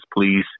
please